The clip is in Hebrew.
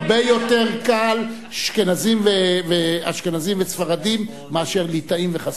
הרבה יותר קל אשכנזים וספרדים מאשר ליטאים וחסידים,